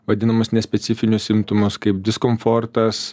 vadinamus nespecifinius simptomus kaip diskomfortas